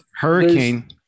Hurricane